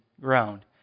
ground